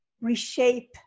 reshape